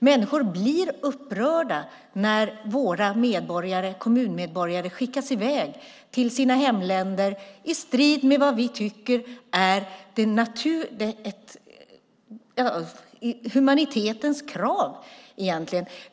Människor blir upprörda när våra kommunmedborgare skickas i väg till sina hemländer i strid med vad vi tycker är humanitetens krav egentligen.